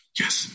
yes